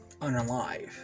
unalive